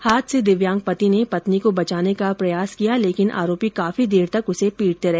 हाथ से दिव्यांग पति ने पत्नी को बचाने का प्रयास किया लेकिन आरोपी काफी देर तक उसे पीटते रहे